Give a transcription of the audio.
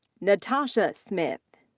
natasha smith.